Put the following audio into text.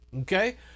Okay